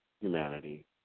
humanity